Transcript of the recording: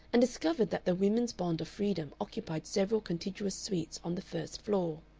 and discovered that the women's bond of freedom occupied several contiguous suites on the first floor.